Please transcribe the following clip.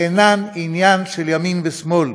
אינן עניין של ימין ושמאל,